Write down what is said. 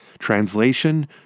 Translation